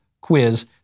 quiz